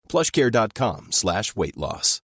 Plushcare.com/slash/weight-loss